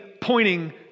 pointing